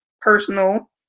personal